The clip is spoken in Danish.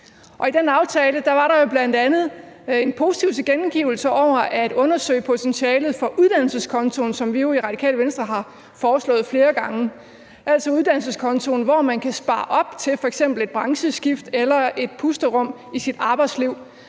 i den aftale var der bl.a. en positiv tilkendegivelse af at undersøge potentialet for en uddannelseskonto, som vi jo i Radikale Venstre har foreslået flere gange. Det er altså en uddannelseskonto, hvor man kan spare op til f.eks. et brancheskift eller et pusterum i sit arbejdsliv.